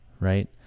right